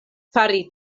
fari